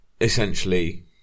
essentially